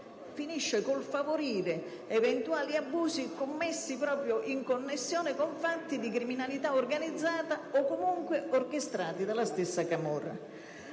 finisce con il favorire eventuali abusi commessi proprio in connessione con fatti di criminalità organizzata o comunque orchestrati dalla stessa camorra.